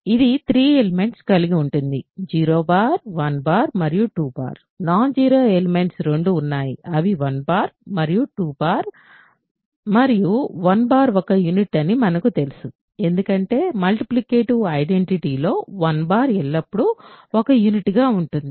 ఇది 3 ఎలిమెంట్స్ కలిగి ఉంది 0 1 మరియు 2 నాన్ జీరో ఎలిమెంట్స్ రెండు ఉన్నాయి అవి 1 మరియు 2 మరియు 1 ఒక యూనిట్ అని మనకు తెలుసు ఎందుకంటే మల్టిప్లికేటివ్ ఐడెంటిటీ లో 1 ఎల్లప్పుడూ ఒక యూనిట్గా ఉంటుంది